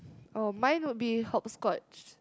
oh mine would be hopscotch